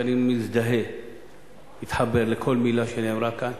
שאני מזדהה ומתחבר לכל מלה שנאמרה כאן.